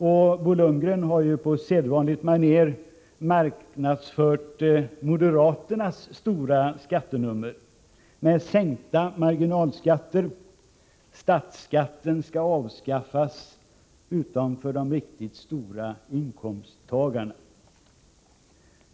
Bo Lundgren har på sedvanligt maner marknadsfört moderaternas stora skattenummer med sänkta marginalskatter och med avskaffande av statsskatten utom för de riktigt stora inkomsttagarna.